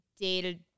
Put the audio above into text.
dated